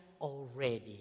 already